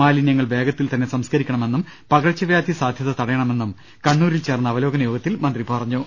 മാലിന്യങ്ങൾ വേഗത്തിൽ തന്നെ സംസ്കരിക്കണമെന്നും പകർച്ചവ്യാധി സാധ്യത തടയണമെന്നും കണ്ണൂരിൽ ചേർന്ന അവലോകനയോഗ ത്തിൽ മന്ത്രി പറഞ്ഞു